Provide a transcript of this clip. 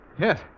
Yes